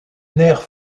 nerf